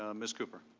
um ms. cooper?